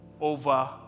over